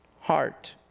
heart